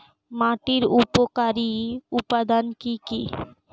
মাটির উপকারী উপাদান কি কি?